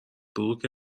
بروک